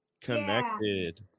Connected